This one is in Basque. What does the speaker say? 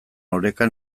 oreka